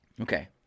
Okay